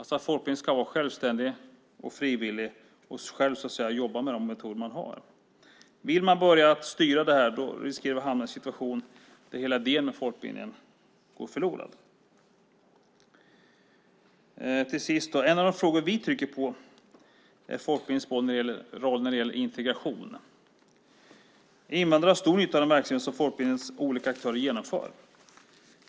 Folkbildningen ska vara självständig och fristående och själv styra de metoder man vill ha. Börjar vi styra det riskerar vi att hamna i en situation där hela idén med folkbildningen går förlorad. Till sist är integration en av de frågor där vi trycker på folkbildningens roll. Invandrare har stor nytta av den verksamhet som folkbildningens olika aktörer genomför.